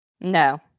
No